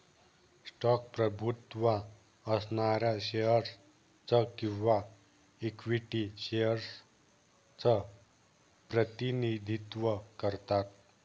stock प्रभुत्व असणाऱ्या shares च किंवा इक्विटी शेअर्स च प्रतिनिधित्व करतात